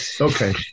Okay